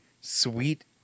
sweet